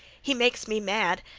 he makes me mad.